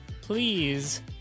please